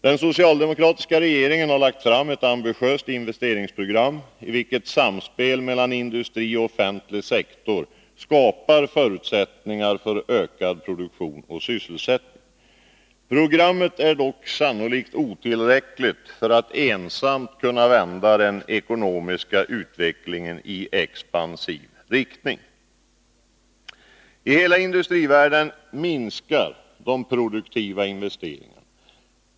Den socialdemokratiska regeringen har lagt fram ett ambitiöst investeringsprogram, i vilket samspel mellan industri och offentlig sektor skapar förutsättningar för ökad produktion och sysselsättning. Programmet är dock sannolikt otillräckligt för att ensamt kunna vända den ekonomiska utvecklingen i expansiv riktning. I hela industrivärlden minskar de produktiva investeringarna.